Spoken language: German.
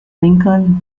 lincoln